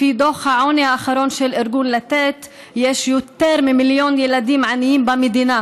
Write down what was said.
לפי דוח העוני האחרון של ארגון לתת יש יותר ממיליון ילדים עניים במדינה,